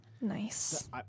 nice